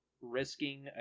risking